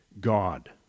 God